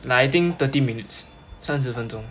like I think thirty minutes 三十分钟